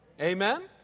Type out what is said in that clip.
Amen